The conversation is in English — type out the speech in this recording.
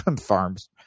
farms